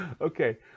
Okay